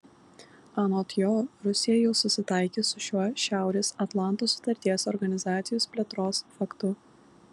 anot jo rusija jau susitaikė su šiuo šiaurės atlanto sutarties organizacijos plėtros faktu